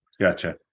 Gotcha